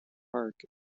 park